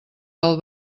del